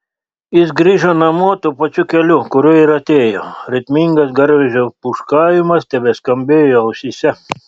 jis grįžo namo tuo pačiu keliu kuriuo ir atėjo ritmingas garvežio pūškavimas tebeskambėjo ausyse